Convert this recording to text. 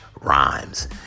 rhymes